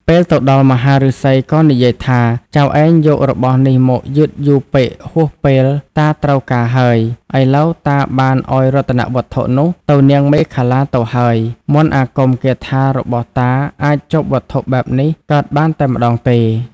ពេលទៅដល់មហាឫសីក៏និយាយថា ចៅឯងយករបស់នេះមកយឺតយូរពេកហួសពេលតាត្រូវការហើយ ឥឡូវតាបានឱ្យរតនវត្ថុនោះទៅនាងមេខលាទៅហើយ មន្តអាគមគាថារបស់តាអាចជប់វត្ថុបែបនេះកើតបានតែម្ដងទេ។